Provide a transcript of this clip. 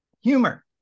Humor